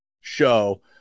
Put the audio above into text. show